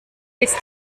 ist